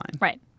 Right